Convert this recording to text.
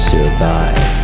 Survive